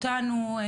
אותנו.